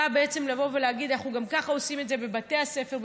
היא באה בעצם להגיד: אנחנו גם ככה עושים את זה בבתי הספר,